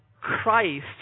Christ